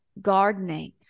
gardening